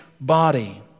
body